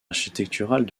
architecturales